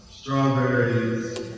strawberries